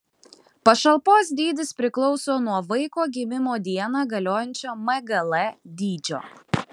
pašalpos dydis priklauso nuo vaiko gimimo dieną galiojančio mgl dydžio